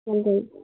phone কৰিম